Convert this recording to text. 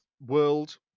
world